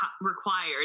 required